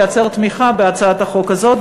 לייצר תמיכה בהצעת החוק הזאת,